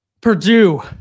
Purdue